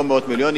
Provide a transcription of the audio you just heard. לא מאות מיליונים,